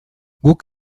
guk